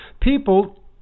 People